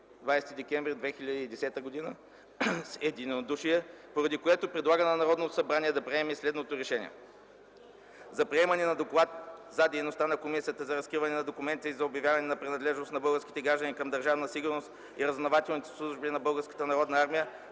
20 декември 2010 г. с единодушие, поради което предлага на Народното събрание да приеме следното РЕШЕНИЕ: за приемане на Доклад за дейността на Комисията за разкриване на документите и за обявяване на принадлежност на български граждани към Държавна сигурност и разузнавателните служби на